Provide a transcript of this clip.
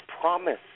promise